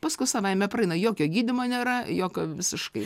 paskui savaime praeina jokio gydymo nėra jokio visiškai